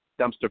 Dumpster